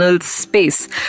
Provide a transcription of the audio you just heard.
space